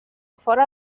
fora